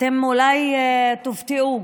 אולי תופתעו,